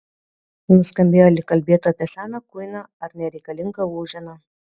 nuskambėjo lyg kalbėtų apie seną kuiną ar nereikalingą lūženą